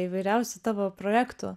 įvairiausių tavo projektų